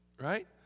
right